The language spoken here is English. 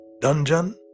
dungeon